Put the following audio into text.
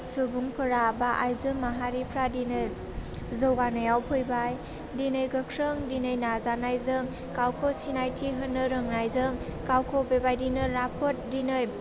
सुबुंफोरा बा आइजो माहारिफ्रा दिनै जौगानायाव फैबाय दिनै गोख्रों दिनै नाजानायजों गावखौ सिनायथि होनो रोंनायजों गावखौ बेबायदिनो राफोद दिनै